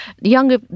younger